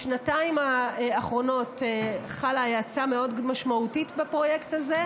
בשנתיים האחרונות חלה האצה מאוד משמעותית בפרויקט הזה,